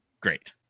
great